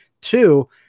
Two